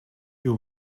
you